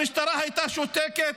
המשטרה הייתה שותקת?